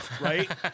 right